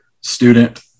student